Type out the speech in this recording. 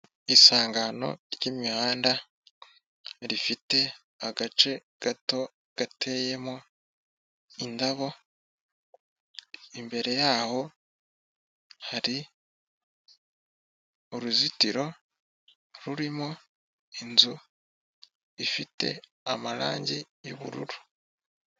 Isangano ry'imihanda rifite agace gato gateyemo indabo, imbere yaho hari uruzitiro rurimo inzu ifite amarange y'ubururu.